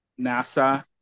NASA